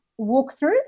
walkthrough